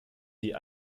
die